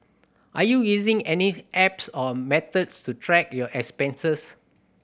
are you using any apps or methods to track your expenses